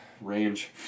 range